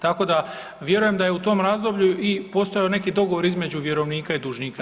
Tako da vjerujem da je u tom razdoblju i postojao neki dogovor između vjerovnika i dužnika.